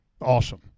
Awesome